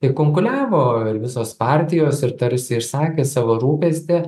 tai kunkuliavo ir visos partijos ir tarsi išsakė savo rūpestį